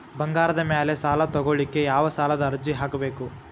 ಬಂಗಾರದ ಮ್ಯಾಲೆ ಸಾಲಾ ತಗೋಳಿಕ್ಕೆ ಯಾವ ಸಾಲದ ಅರ್ಜಿ ಹಾಕ್ಬೇಕು?